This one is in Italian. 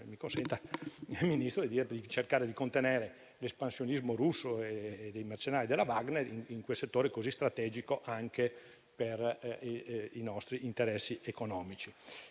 riusciti, e anche per cercare di contenere l'espansionismo russo e dei mercenari della Wagner in quel settore così strategico per i nostri interessi economici.